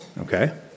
Okay